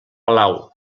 palau